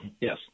yes